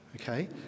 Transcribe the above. okay